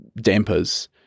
dampers